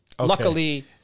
Luckily